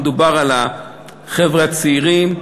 מדובר על החבר'ה הצעירים,